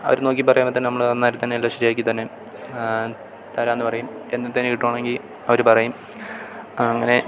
അവർ നോക്കി പറയുമ്പം തന്നെ നമ്മൾ അന്നേരം തന്നെ എല്ലാം ശരിയാക്കി തന്നെ തരാമെന്നു പറയും എന്നു തന്നെ കിട്ടുകയാണെങ്കിൽ അവർ പറയും അങ്ങനെ